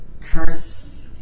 Curse